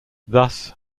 thus